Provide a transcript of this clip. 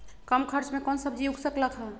कम खर्च मे कौन सब्जी उग सकल ह?